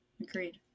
agreed